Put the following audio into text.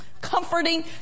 comforting